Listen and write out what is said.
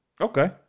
Okay